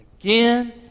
again